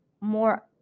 more